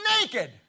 naked